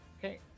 Okay